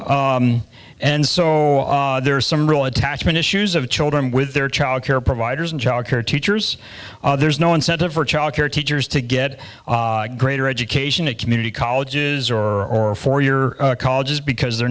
year and so there's some real attachment issues of children with their childcare providers and childcare teachers there's no incentive for childcare teachers to get greater education at community colleges or four year colleges because they're